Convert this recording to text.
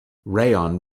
rayon